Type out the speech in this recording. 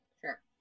Sure